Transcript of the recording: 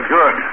good